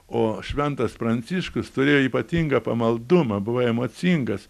o šventas pranciškus turėjo ypatingą pamaldumą buvo emocingas